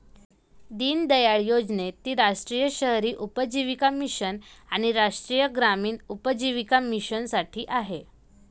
दीनदयाळ योजनेत ती राष्ट्रीय शहरी उपजीविका मिशन आणि राष्ट्रीय ग्रामीण उपजीविका मिशनसाठी आहे